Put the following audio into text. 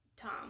tom